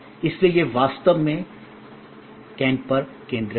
इसलिए यह वास्तव में कैन पर केंद्रित है